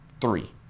three